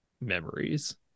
memories